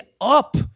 up